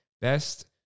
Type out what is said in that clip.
best